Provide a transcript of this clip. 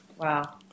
Wow